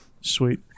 Sweet